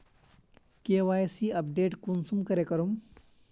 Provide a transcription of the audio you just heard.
KYC update कुंसम करे करूम?